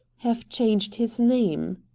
have changed his name.